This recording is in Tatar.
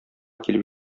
килеп